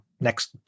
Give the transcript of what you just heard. next